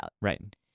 Right